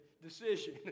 Decision